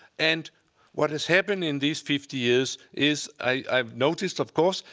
and what has happened in these fifty years is i've noticed, of course,